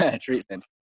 Treatment